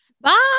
Bye